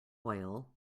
oil